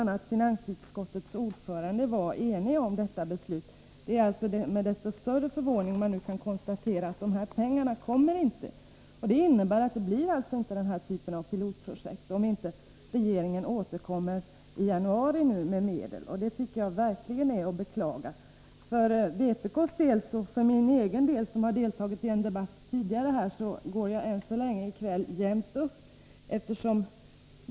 Även finansutskottets ordförande biträdde det. Med desto större förvåning kan man nu konstatera att dessa pengar inte kommer. Vi får alltså inte denna typ av pilotprojekt, om inte regeringen återkommer i januari med medel. Det är verkligen att beklaga. För vpk:s del och för min egen del — jag har deltagit i en debatt tidigare i kväll — går det än så länge jämnt upp.